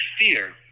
fear